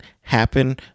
happen